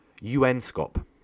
UNSCOP